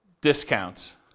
discounts